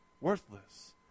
worthless